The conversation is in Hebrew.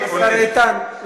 השר איתן,